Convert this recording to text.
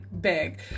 big